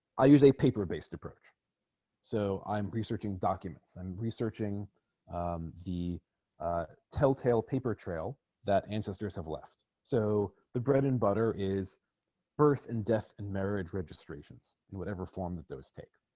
i use a paper based approach so i'm researching documents and researching the tell-tale paper trail that ancestors have left so the bread and butter is birth and death and marriage registrations in whatever form that those take